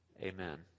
Amen